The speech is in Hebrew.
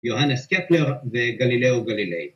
‫יוהנה סקפלר וגלילאו גלילי.